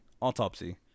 autopsy